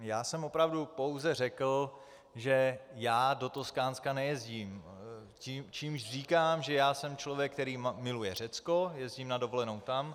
Já jsem opravdu pouze řekl, že já do Toskánska nejezdím, čímž říkám, že já jsem člověk, který miluje Řecko, jezdím na dovolenou tam.